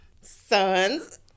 sons